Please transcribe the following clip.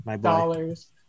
dollars